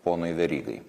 ponui verygai